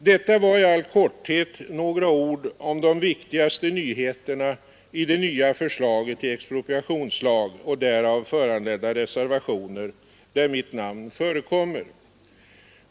Detta var i all korthet några ord om de viktigaste nyheterna i detnya förslaget till expropriationslag och därav föranledda reservationer där mitt namn förekommer.